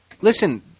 Listen